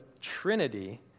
Trinity